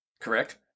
Correct